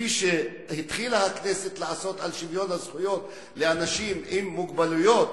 כפי שהתחילה הכנסת לעשות בשוויון הזכויות לאנשים עם מוגבלויות,